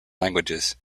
languages